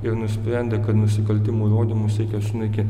ir nusprendė kad nusikaltimų įrodymus reikia sunaikint